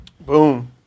Boom